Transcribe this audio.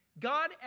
God